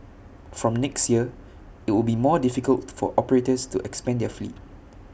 from next year IT will be more difficult for operators to expand their fleet